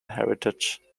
heritage